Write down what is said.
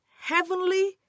heavenly